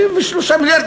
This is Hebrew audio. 63 מיליארד.